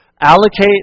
Allocate